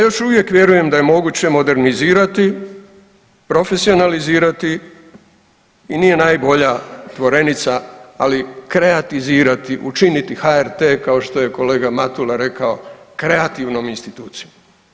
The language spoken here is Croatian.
Ja još uvijek vjerujem da je moguće modernizirati, profesionalizirati, i nije najbolja tvorenica, ali kreatizirati, učiniti HRT kao što je kolega Matula rekao, kreativnom institucijom.